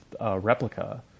replica